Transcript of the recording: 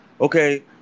okay